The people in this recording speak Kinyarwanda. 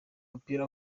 mupira